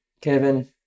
Kevin